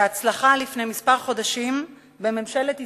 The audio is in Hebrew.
בהצלחה, לפני כמה חודשים, בממשלת ישראל,